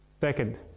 second